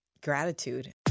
gratitude